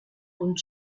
und